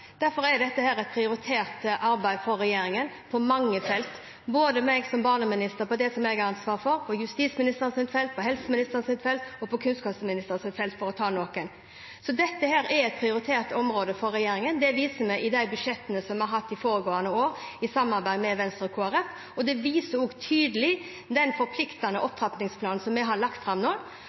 Derfor er dette et prioritert arbeid for regjeringen på mange felt – for meg som barneminister og det jeg har ansvar for, for justisministeren, for helseministeren og for kunnskapsministeren, for å nevne noen. Dette er et prioritert område for regjeringen. Det viser vi i de budsjettene vi har hatt for foregående år i samarbeid med Venstre og Kristelig Folkeparti. Det viser også tydelig den forpliktende opptrappingsplanen vi har lagt fram nå.